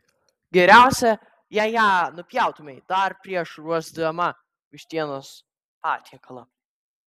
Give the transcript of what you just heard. geriausia jei ją nupjautumei dar prieš ruošdama vištienos patiekalą